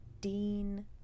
Dean